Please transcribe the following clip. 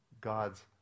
God's